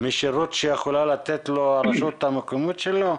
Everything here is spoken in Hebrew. מהשירות שיכולה לתת לו הרשות המקומית שלו?